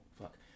Fuck